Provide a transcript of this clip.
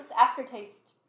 aftertaste